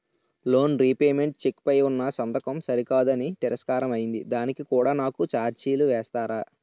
Loan repayment cheque పై ఉన్నా సంతకం సరికాదు అని తిరస్కారం అయ్యింది దానికి కూడా నాకు ఛార్జీలు వేస్తారా?